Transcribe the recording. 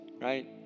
right